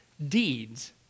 deeds